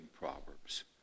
Proverbs